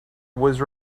was